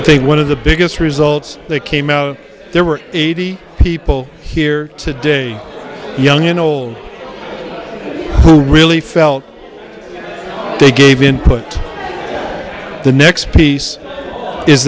i think one of the biggest results that came out there were eighty people here today young and old who really felt they gave input to the next piece is